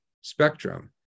spectrum